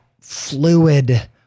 fluid